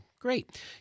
Great